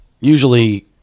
usually